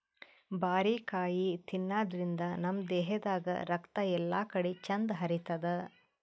ಬಾರಿಕಾಯಿ ತಿನಾದ್ರಿನ್ದ ನಮ್ ದೇಹದಾಗ್ ರಕ್ತ ಎಲ್ಲಾಕಡಿ ಚಂದ್ ಹರಿತದ್